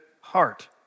heart